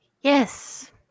Yes